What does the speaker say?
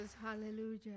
hallelujah